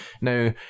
Now